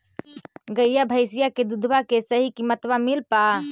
गईया भैसिया के दूधबा के सही किमतबा मिल पा?